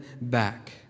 back